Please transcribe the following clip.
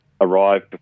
arrive